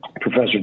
professor